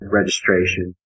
registration